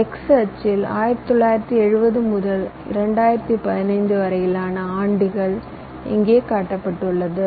X அச்சில் 1970 முதல் 2015 வரையிலான ஆண்டுகள் இங்கே காட்டப்பட்டுள்ளது